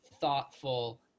thoughtful